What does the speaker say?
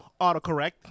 Autocorrect